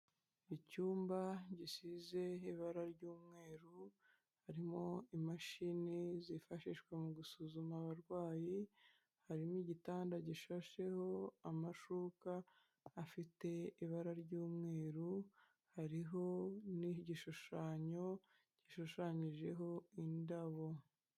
Icyumba gisize ibara ry'umweru harimo imashini zifashishwa mu gusuzuma abarwayi, harimo igitanda gishasheho amashuka afite ibara ry'umweru, hariho n'igishushanyo gishushanyijeho indabo.